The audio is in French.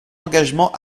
engagement